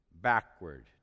backward